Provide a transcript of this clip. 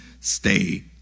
stay